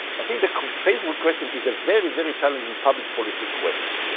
i think the facebook question is a very very challenging public policy question,